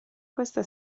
questa